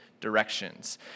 directions